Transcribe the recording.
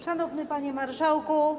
Szanowny Panie Marszałku!